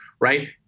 right